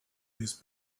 his